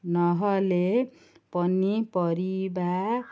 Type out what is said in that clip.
ନହେଲେ ପନିପରିବା